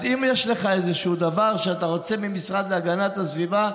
אז אם יש לך איזשהו דבר שאתה רוצה מהמשרד להגנת הסביבה,